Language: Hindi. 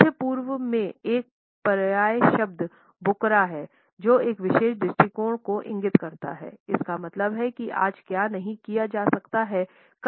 मध्य पूर्व में एक पर्याय शब्द 'बुकरा' हैं जो एक विशेष दृष्टिकोण को इंगित करता है इसका मतलब है कि आज क्या नहीं किया जा सकता है कल किया जाएगा